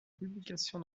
publication